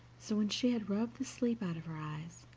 so when she had rubbed the sleep out of her eyes,